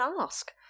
ask